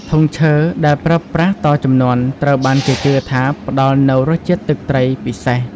ធុងឈើ ដែលប្រើប្រាស់តជំនាន់ ត្រូវបានគេជឿថាផ្តល់នូវរសជាតិទឹកត្រីពិសេស។